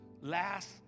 last